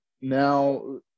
now